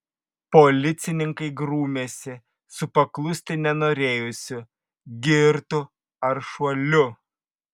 policininkai grūmėsi su paklusti nenorėjusiu girtu aršuoliu